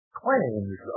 claims